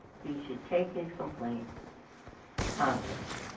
he should take his complaint to congress.